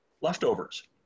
leftovers